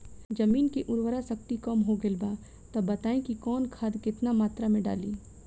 जमीन के उर्वारा शक्ति कम हो गेल बा तऽ बताईं कि कवन खाद केतना मत्रा में डालि?